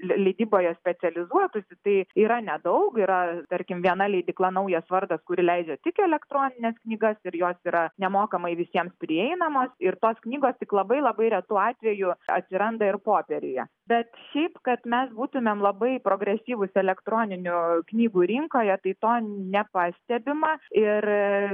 leidyboje specializuotųsi tai yra nedaug yra tarkim viena leidykla naujas vardas kuri leidžia tik elektronines knygas ir jos yra nemokamai visiems prieinamos ir tos knygos tik labai labai retu atveju atsiranda ir popieriuje bet šiaip kad mes būtumėmem labai progresyvūs elektroninių knygų rinkoje taip to nepastebima ir